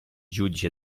giudici